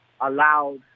allowed